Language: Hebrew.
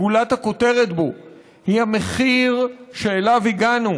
גולת הכותרת בו היא המחיר שאליו הגענו,